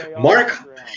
Mark